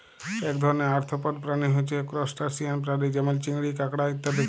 এক ধরণের আর্থ্রপড প্রাণী হচ্যে ত্রুসটাসিয়ান প্রাণী যেমল চিংড়ি, কাঁকড়া ইত্যাদি